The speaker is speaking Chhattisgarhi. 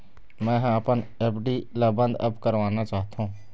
मै ह अपन एफ.डी ला अब बंद करवाना चाहथों